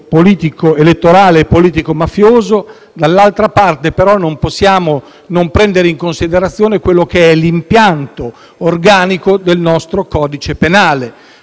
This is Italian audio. scambio elettorale politico mafioso, dall'altra parte però non possiamo non prendere in considerazione l'impianto organico del nostro codice penale.